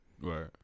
Right